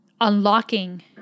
unlocking